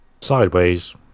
Sideways